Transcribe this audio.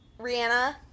Rihanna